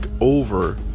over